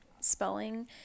spelling